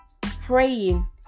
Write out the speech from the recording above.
praying